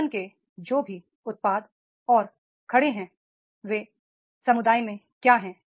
संगठन के जो भी उत्पाद और खड़े हैं वे समुदाय में क्या हैं